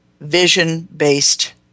vision-based